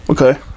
Okay